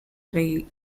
reggae